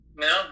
No